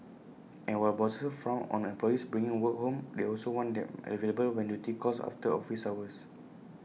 and while bosses frown on employees bringing work home they also want them available when duty calls after office hours